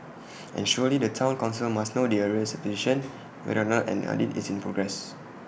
and surely the Town Council must know the arrears position whether or not an audit is in progress